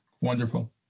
Wonderful